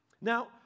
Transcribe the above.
Now